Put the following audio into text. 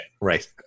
Right